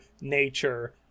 nature